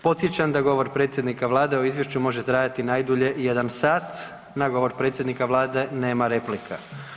Podsjećam da govor predsjednika Vlade o izvješću može trajati 1 sat, na govor predsjednika Vlade nema replika.